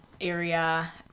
area